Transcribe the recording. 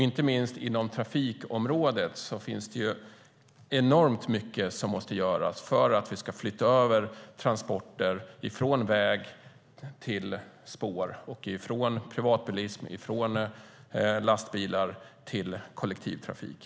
Inte minst inom trafikområdet finns det enormt mycket som måste göras för att vi ska flytta över transporter från väg till spår och från privatbilism och lastbilar till kollektivtrafik.